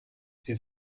sie